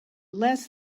less